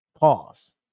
Pause